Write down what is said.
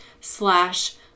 slash